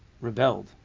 rebelled